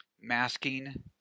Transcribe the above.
masking